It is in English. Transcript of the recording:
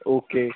okay